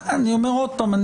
אני אומר עוד פעם,